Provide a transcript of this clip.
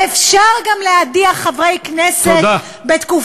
ואפשר גם להדיח חברי כנסת, תודה.